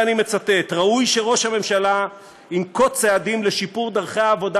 ואני מצטט: ראוי שראש הממשלה ינקוט צעדים לשיפור דרכי העבודה